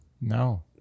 no